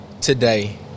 today